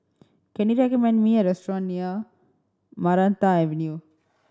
can you recommend me a restaurant near Maranta Avenue